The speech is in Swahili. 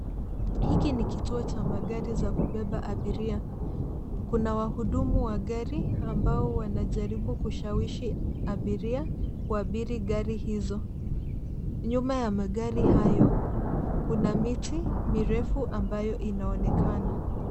Hiki ni kituo cha magari za kubeba abiria. Kuna wahudumu wa gari ambao wanajaribu kushawishi abiria kuabiri gari hizo. Nyuma ya magari hayo, kuna miti mirefu ambayo inaonekana.